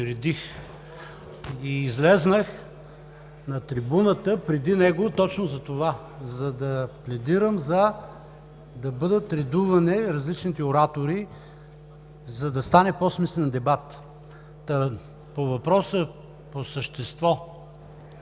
и излязох на трибуната преди него точно за това – за да пледирам да бъдат редувани различните оратори, за да стане по-смислен дебат. По въпроса по същество